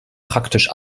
praktisch